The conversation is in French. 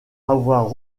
avoir